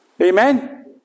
Amen